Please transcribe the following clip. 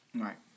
Right